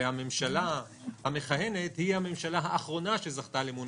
והממשלה המכהנת היא הממשלה האחרונה שזכתה לאמון